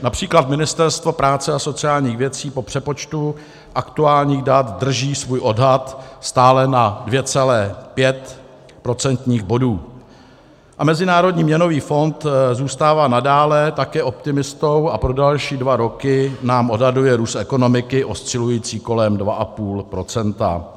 Například Ministerstvo práce a sociálních věcí po přepočtu aktuálních dat drží svůj odhad stále na 2,5 procentního bodu a Mezinárodní měnový fond zůstává nadále také optimistou a pro další dva roky nám odhaduje růst ekonomiky oscilující kolem 2,5 %.